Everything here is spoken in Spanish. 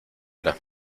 las